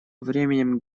временем